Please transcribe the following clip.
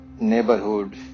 neighborhood